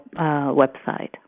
website